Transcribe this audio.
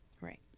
right